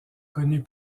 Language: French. connut